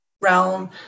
realm